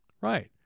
Right